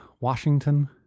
Washington